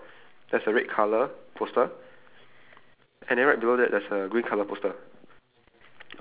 ya okay so beside that beside the door at the pad at the left side of the door there's a red colour poster